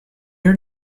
are